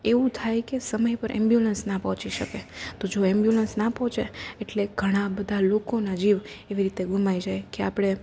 એવું થાય કે સમય પર એમ્બ્યુલન્સ ના પહોંચી શકે જો એમ્બ્યુલન્સ ના પહોંચે એટલે ઘણાં બધાં લોકોના જીવ એવી રીતે ગુમાઈ જાય કે આપણે